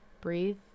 breathe